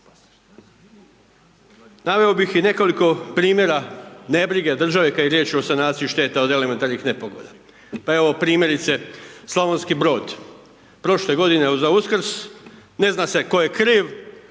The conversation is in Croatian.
Naveo bih i nekoliko primjera nebrige države kad je riječ o sanaciji šteta od elementarnih nepogoda. Pa evo primjerice, Slavonski Brod, prošle godine za Uskrs, ne zna se tko je kriv,